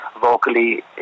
vocally